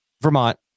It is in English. Vermont